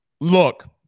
Look